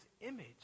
image